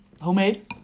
Homemade